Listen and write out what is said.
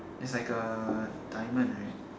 it's like a diamond right